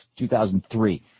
2003